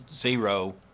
zero